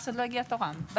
לסטטיסטיקה, אורלי.